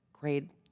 grade